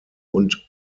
und